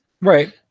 right